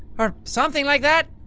or, something like that?